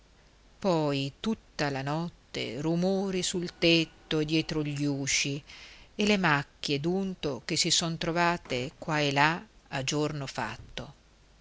poi tutta la notte rumori sul tetto e dietro gli usci e le macchie d'unto che si son trovate qua e là a giorno fatto